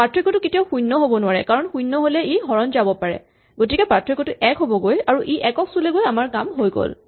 পাৰ্থক্যটো কেতিয়াও শূণ্য হ'ব নোৱাৰে কাৰণ শূণ্য হ'লে ই হৰণ যাব পাৰে গতিকে পাৰ্থক্যটো ১ হ'বগৈ আৰু ই ১ ক চুলেগৈ আমাৰ কাম হৈ গ'ল